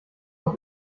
auch